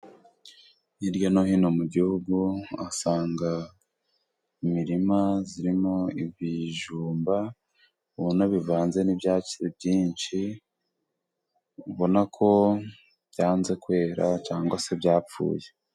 Hirya no hino mu gihugu usanga imirima irimo ibijumba ubona bivanze n'ibyatsi byinshi, ubona ko byanze kwera cyangwa se byapfuye.